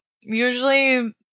usually –